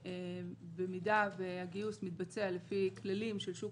במידה שהגיוס מתבצע לפי כללים של שוק